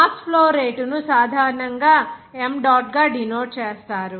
mass flow rate ను సాధారణంగా m dot గా డినోట్ చేస్తారు